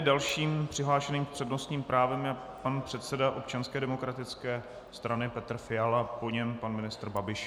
Dalším přihlášeným s přednostním právem je pan předseda Občanské demokratické strany Petr Fiala, po něm pan ministr Babiš.